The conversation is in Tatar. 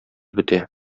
бетә